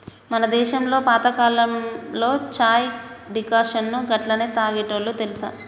మన దేసంలో పాతకాలంలో చాయ్ డికాషన్ను గట్లనే తాగేటోల్లు తెలుసా